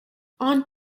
aunt